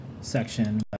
section